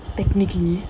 technically